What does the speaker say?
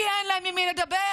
כי אין להם עם מי לדבר.